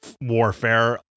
warfare